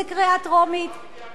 זה קריאה טרומית,